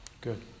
Good